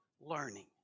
learning